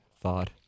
thought